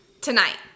tonight